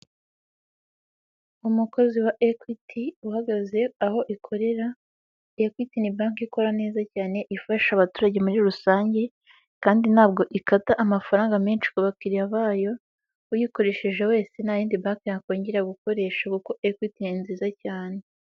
Umukozi wa Equit uhagaze aho ikorera, Equity ni banke ikora neza cyane, ifasha abaturage muri rusange kandi ntabwo ikata amafaranga menshi ku bakiriya bayo, uyikoresheje wese nta yindi banke yakongera gukoresha kuko Equity ni nziza cyane.